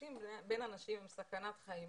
שמפגשים בין אנשים הם סכנת חיים,